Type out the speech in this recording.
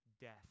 death